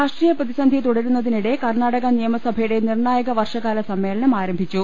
രാഷ്ട്രീയ പ്രതിസന്ധി തുടരുന്നതിനിടെ കർണാടക നിയമസ ഭയുടെ നിർണായക വർഷകാല സമ്മേളനം ആരംഭിച്ചു